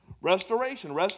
Restoration